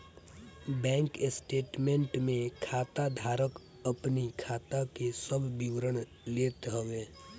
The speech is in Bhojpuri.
बैंक स्टेटमेंट में खाता धारक अपनी खाता के सब विवरण लेत हवे